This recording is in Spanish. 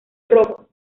rojo